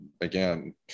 again